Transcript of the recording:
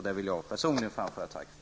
Det vill jag personligen framföra ett tack för.